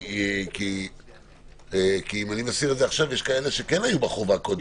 כי אז יש כאלה שהיו בחובה.